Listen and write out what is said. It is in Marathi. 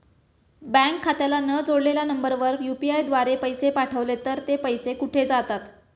बँक खात्याला न जोडलेल्या नंबरवर यु.पी.आय द्वारे पैसे पाठवले तर ते पैसे कुठे जातात?